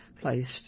placed